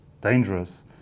dangerous